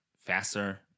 faster